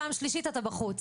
פעם שלישית אתה בחוץ.